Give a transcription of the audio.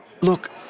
Look